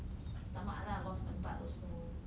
stomach ah like I lost my butt also